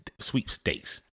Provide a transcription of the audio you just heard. sweepstakes